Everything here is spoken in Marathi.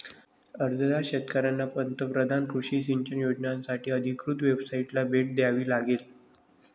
अर्जदार शेतकऱ्यांना पंतप्रधान कृषी सिंचन योजनासाठी अधिकृत वेबसाइटला भेट द्यावी लागेल